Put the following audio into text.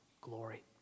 Glory